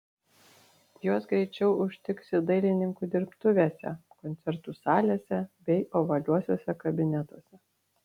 juos greičiau užtiksi dailininkų dirbtuvėse koncertų salėse bei ovaliuosiuose kabinetuose